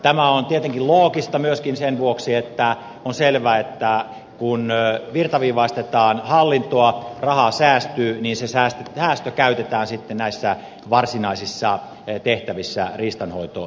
tämä on tietenkin loogista myöskin sen vuoksi että on selvä että kun virtaviivaistetaan hallintoa rahaa säästyy niin se säästö käytetään sitten varsinaisissa tehtävissä riistanhoitotöissä